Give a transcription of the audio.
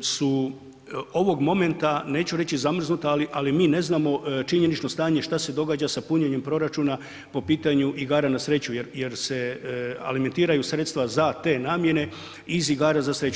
su ovog momenta, neću reći zamrznuta, ali, ali mi ne znamo činjenično stanje šta se događa sa punjenjem proračuna po pitanju igara na sreću jer, jer se alimentiraju sredstva za te namjene iz igara za sreću.